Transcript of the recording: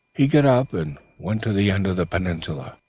he got up and went to the end of the peninsula.